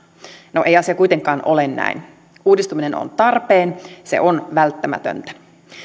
no ei asia kuitenkaan ole näin uudistuminen on tarpeen se on välttämätöntä